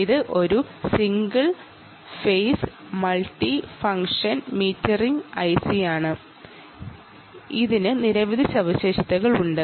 ഇത് ഒരു single phase multifunction metering ഐസിയാണ് ഇതിന് നിരവധി സവിശേഷതകളുണ്ട്